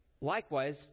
likewise